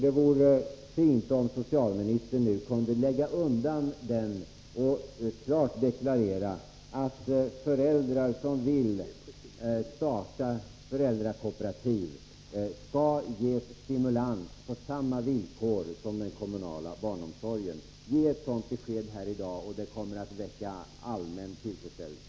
Det vore fint om socialministern nu kunde lägga undan den och klart deklarera att föräldrar som vill starta föräldrakooperativ skall ges stimulans på samma villkor som den kommunala barnomsorgen. Ge ett sådant besked här i dag! Det skulle väcka allmän tillfredsställelse.